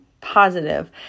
positive